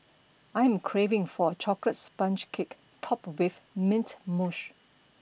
I am craving for a chocolate sponge cake topped with mint mousse